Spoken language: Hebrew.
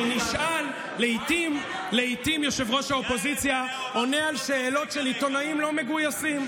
לעיתים ראש האופוזיציה עונה על שאלות של עיתונאים לא מגויסים,